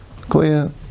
clear